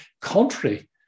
contrary